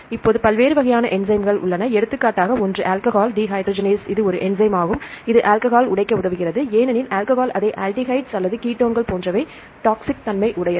இப்போது பல்வேறு வகையான என்சைம்கள் உள்ளன எடுத்துக்காட்டாக ஒன்று ஆல்கஹால் டீஹைட்ரஜனேஸ் இது ஒரு என்சைம் இது ஆல்கஹால் உடைக்க உதவுகிறது ஏனெனில் ஆல்கஹால் அதை ஆல்டிஹைடுகள் அல்லது கீட்டோன்கள் போன்றவை டாக்ஸிக்த்தன்மையுடையது